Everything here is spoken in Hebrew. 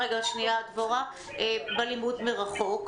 בלימוד מרחוק?